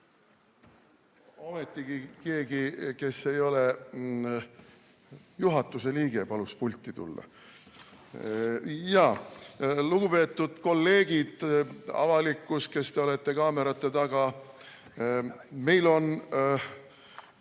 Ometi keegi, kes ei ole juhatuse liige, palus pulti tulla. Lugupeetud kolleegid ja avalikkus, kes te olete kaamerate taga! Meie